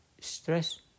stress